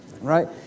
right